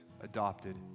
adopted